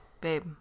babe